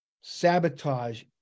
sabotage